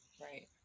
right